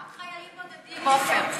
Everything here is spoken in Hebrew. גם חיילים בודדים, עפר.